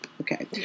okay